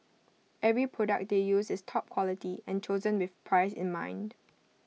every product they use is top quality and chosen with price in mind